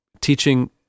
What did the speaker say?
teaching